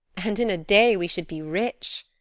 and in a day we should be rich!